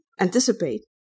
anticipate